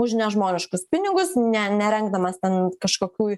už nežmoniškus pinigus ne nerengdamas ten kažkokių